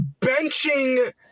benching